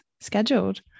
scheduled